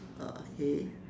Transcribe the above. oh okay